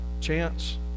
chance